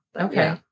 Okay